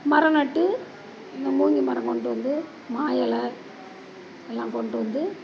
மரம் நட்டு இந்த மூங்கில் மரம் கொண்டு வந்து மா எலை எல்லாம் கொண்டு வந்து